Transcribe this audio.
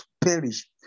perish